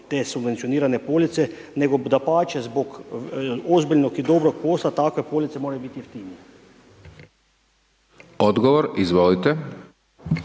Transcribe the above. te subvencionirane police, nego dapače, zbog ozbiljnog i dobrog posla, takve police moraju bit jeftinije.